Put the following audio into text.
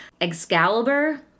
Excalibur